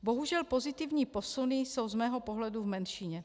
Bohužel pozitivní posuny jsou z mého pohledu v menšině.